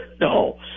No